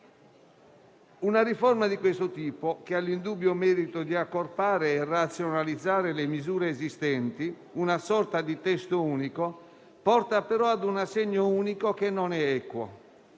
Una riforma di questo tipo, che ha l'indubbio merito di accorpare e razionalizzare le misure esistenti in una sorta di testo unico, porta però ad un assegno non equo.